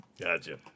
Gotcha